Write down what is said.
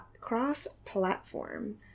cross-platform